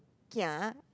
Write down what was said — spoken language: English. kia